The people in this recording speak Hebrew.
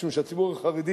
משום שהציבור החרדי